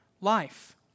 life